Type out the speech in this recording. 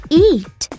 eat